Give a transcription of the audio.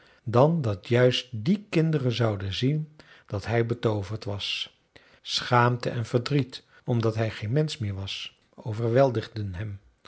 dan dat juist die kinderen zouden zien dat hij betooverd was schaamte en verdriet omdat hij geen mensch meer was overweldigden hem